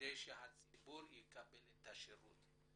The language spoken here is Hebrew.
כדי שהציבור יקבל את השירות?